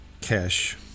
cash